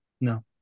No